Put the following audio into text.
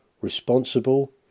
responsible